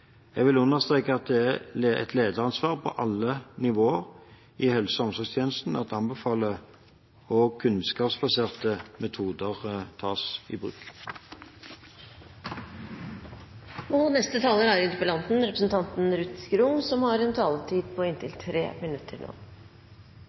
Jeg vil understreke at det er et lederansvar på alle nivåer i helse- og omsorgstjenesten at anbefalte og kunnskapsbaserte metoder tas i bruk. På den ene siden er